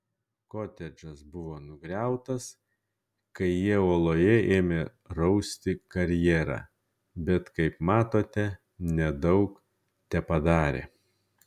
kotedžas buvo nugriautas kai jie uoloje ėmė rausti karjerą bet kaip matote nedaug tepadarė